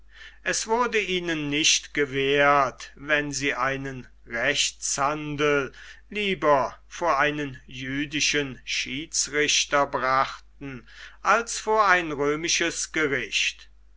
es wurde ihnen nicht gewehrt wenn sie einen rechtshandel lieber vor einen jüdischen schiedsrichter brachten als vor ein römisches gericht